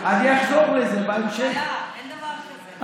אין דבר כזה,